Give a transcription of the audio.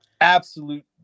absolute